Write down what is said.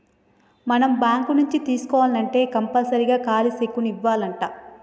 మనం బాంకు నుంచి తీసుకోవాల్నంటే కంపల్సరీగా ఖాలీ సెక్కును ఇవ్యానంటా